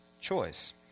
choice